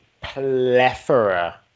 plethora